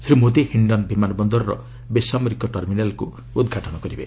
ଶ୍ରୀ ମୋଦି ହିଣ୍ଡନ୍ ବିମାନବନ୍ଦର ବେସାମରିକ ଟର୍ମିନାଲକୁ ଉଦ୍ଘାଟନ କରିବେ